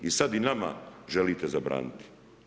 I sad i nama želite zabraniti.